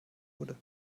wurde